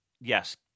yes